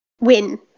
win